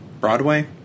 Broadway